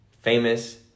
famous